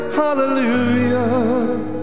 hallelujah